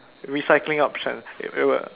recycling option